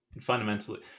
Fundamentally